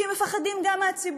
כי הם מפחדים גם מהציבור.